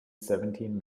seventeen